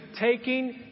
taking